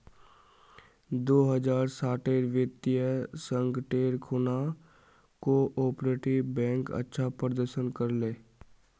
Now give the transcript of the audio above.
दो हज़ार साटेर वित्तीय संकटेर खुणा कोआपरेटिव बैंक अच्छा प्रदर्शन कर ले